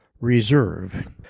Reserve